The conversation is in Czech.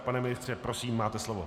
Pane ministře, prosím, máte slovo.